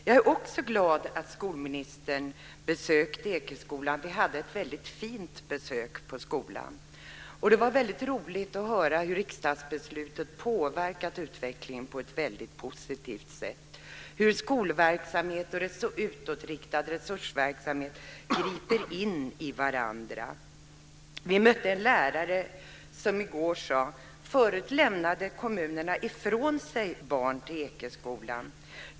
Jag är också glad att skolministern besökte Ekeskolan. Vi hade ett väldigt fint besök på skolan, och det var roligt att höra hur riksdagsbeslutet påverkat utvecklingen på ett positivt sätt, och hur skolverksamhet och utåtriktad resursverksamhet griper in i varandra. Vi mötte en lärare som sade: Förut lämnade kommunerna ifrån sig barn till Ekeskolan.